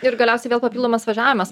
ir galiausiai vėl papildomas važiavimas